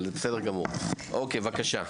צח, בבקשה.